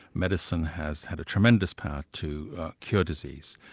medicine has had a tremendous power to cure disease,